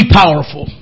powerful